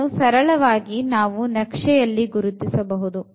ಇದನ್ನು ಸರಳವಾಗಿ ನಾವು ನಕ್ಷೆಯಲ್ಲಿ ಗುರುತಿಸಬಹುದು